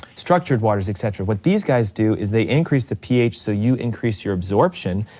structured waters, et cetera, what these guys do is they increase the ph so you increase your absorption,